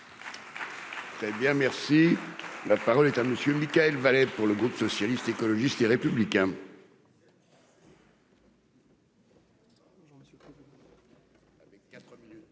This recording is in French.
Très bien, merci, la parole est à monsieur Mickael Vallet pour le groupe socialiste, écologiste et républicain.